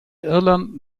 irland